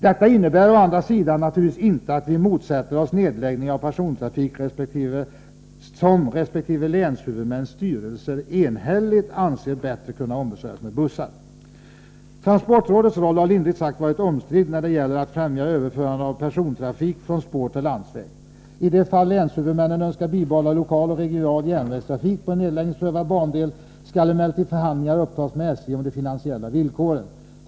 Detta innebär å andra sidan naturligtvis inte att vi motsätter oss nedläggning av persontrafik som resp. länshuvudmäns styrelser enhälligt anser bättre kunna ombesörjas med bussar. Transportrådets roll har lindrigt sagt varit omstridd när det gäller att främja överförande av persontrafik från spår till landsväg. I de fall länshuvudmännen önskar bibehålla lokal och regional järnvägstrafik på en nedläggningsprövad bandel skall emellertid förhandlingar upptas med SJ om de finansiella villkoren.